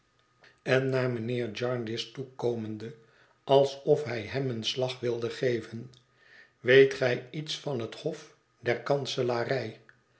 en naar mijnheer jarndyce toe komende alsof hij hem een slag wilde geven weet gij iets van het hof der kanselarij